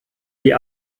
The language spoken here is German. die